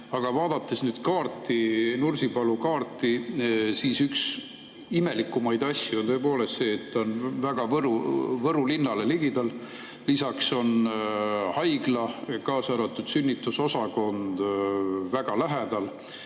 Aga vaadates nüüd kaarti, Nursipalu kaarti, siis üks imelikumaid asju on tõepoolest see, et ta on Võru linnale väga ligidal. Lisaks on haigla, kaasa arvatud sünnitusosakond, väga lähedal